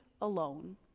alone